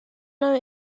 know